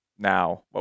Now